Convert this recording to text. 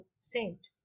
saint